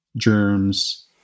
Germs